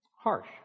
Harsh